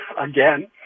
again